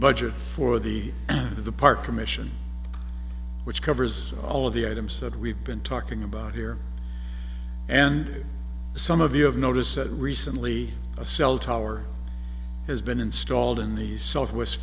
budget for the the park commission which covers all of the items that we've been talking about here and some of you have noticed said recently a cell tower has been installed in the southwest